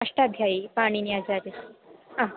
अष्टाध्यायी पाणिनि आचार्यः हा